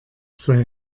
zwei